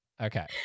Okay